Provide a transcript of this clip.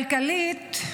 כלכלית,